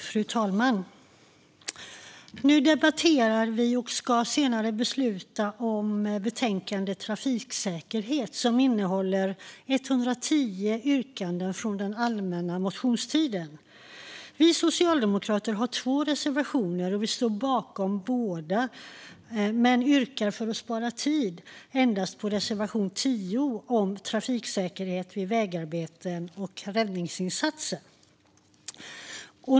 Fru talman! Vi debatterar nu och ska senare besluta om betänkandet Trafiksäkerhet som innehåller 110 yrkanden från den allmänna motionstiden. Vi socialdemokrater har två reservationer. Vi står bakom båda dessa, men för att spara tid yrkar vi bifall endast till reservation 10 om trafiksäkerhet vid vägarbeten och räddningsinsatser.